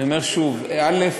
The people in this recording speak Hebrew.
אני אומר שוב: א.